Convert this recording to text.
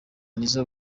nizzo